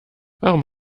warum